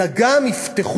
אלא גם יפתחו,